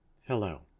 Hello